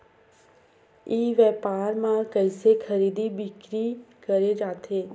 ई व्यापार म कइसे खरीदी बिक्री करे जाथे?